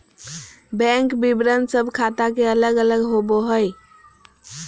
bank विवरण सब ख़ाता के अलग अलग होबो हइ